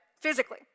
physically